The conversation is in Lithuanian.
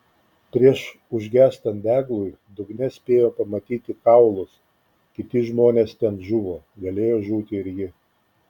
prieš užgęstant deglui dugne spėjo pamatyti kaulus kiti žmonės ten žuvo galėjo žūti ir ji